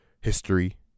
history